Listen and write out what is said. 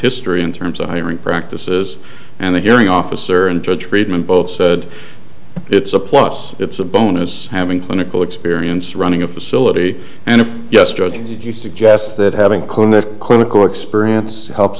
history in terms of hiring practices and the hearing officer and judge friedman both said it's a plus it's a bonus having clinical experience running a facility and yes judge he suggests that having a clinic clinical experience helps